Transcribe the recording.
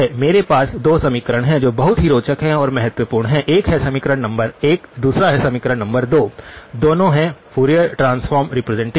मेरे पास 2 समीकरण हैं जो बहुत ही रोचक और महत्वपूर्ण हैं एक है समीकरण नंबर 1 दूसरा है समीकरण नंबर 2 दोनों हैं फूरियर ट्रांसफॉर्म रिप्रेजेंटेशन